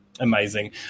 Amazing